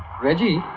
reggie!